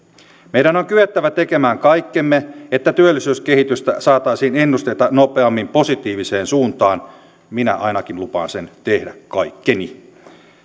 meidän on kyettävä tekemään kaikkemme että työllisyyskehitystä saataisiin ennusteita nopeammin positiiviseen suuntaan minä ainakin lupaan sen tehdä kaikkeni